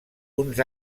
uns